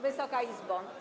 Wysoka Izbo!